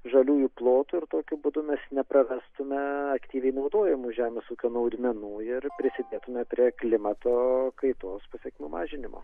žaliųjų plotų ir tokiu būdu mes neprarastume aktyviai naudojamų žemės ūkio naudmenų ir prisidėtume prie klimato kaitos pasekmių mažinimo